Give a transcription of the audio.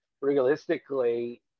realistically